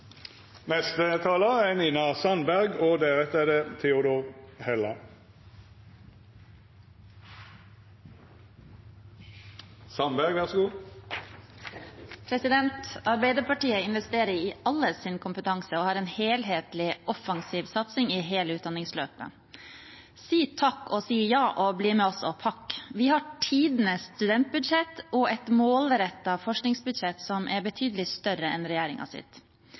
Arbeiderpartiet investerer i alles kompetanse og har en helhetlig og offensiv satsing i hele utdanningsløpet. «Si takk og si ja, og bli med oss og pakk!» Vi har tidenes studentbudsjett og et målrettet forskningsbudsjett som er betydelig større enn